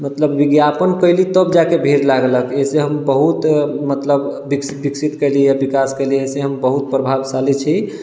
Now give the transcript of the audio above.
मतलब विज्ञापन कयली तब जाके भीड़ लागलक एहिसँ हम बहुत मतलब विकसित कयली यऽ विकास कयली एहिसँ हम बहुत प्रभावशाली छी